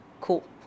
cool